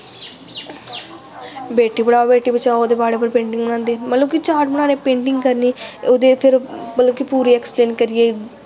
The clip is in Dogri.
बेटी बढ़ाओ बेटी बचाओ दे बारे पर पेंटिंग बनांदे मतलब कि चार्ट बनाने पेंटिंग करनी ओह्दी फिर मतलब कि पूरा ऐक्सपलेन करियै